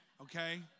okay